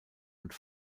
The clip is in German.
und